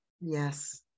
Yes